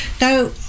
Now